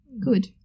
Good